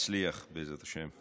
תצליח בעזרת השם.